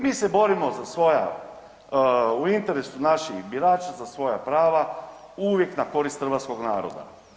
Mi se borimo za svoja u interesu naših birača za svoja prava uvijek na korist hrvatskog naroda.